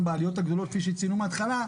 בעליות הגדולות כפי שציינו בהתחלה,